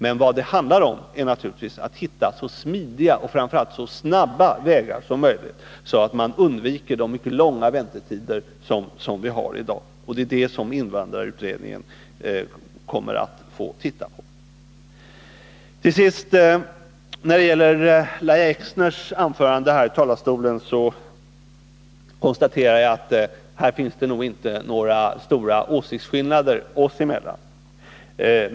Men vad det rör sig om är naturligtvis att hitta så smidiga och framför allt så snabba vägar som möjligt, så att man undviker de för långa väntetider som vi har i dag. Det är detta som invandrarutredningen kommer att få se på. När det gäller Lahja Exners anförande kan jag konstatera att det inte råder några stora åsiktsskillnader oss emellan.